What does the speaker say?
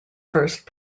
first